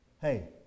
hey